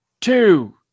two